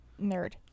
Nerd